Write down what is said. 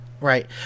Right